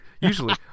usually